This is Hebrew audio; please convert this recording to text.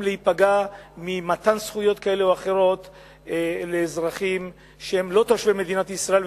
להיפגע ממתן זכויות כאלה או אחרות לאזרחים שהם לא תושבי מדינת ישראל,